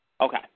Okay